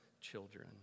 children